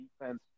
defense